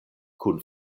kun